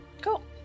Cool